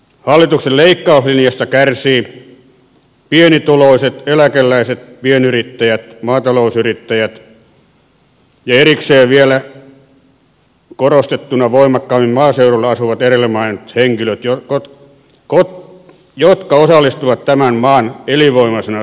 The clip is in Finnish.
hallituksen leikkauslinjasta kärsivät pienituloiset eläkeläiset pienyrittäjät maatalousyrittäjät ja erikseen vielä korostettuna voimakkaammin maaseudulla asuvat edellä mainitut henkilöt jotka osallistuvat tämän maan elinvoimaisena säilyttämiseen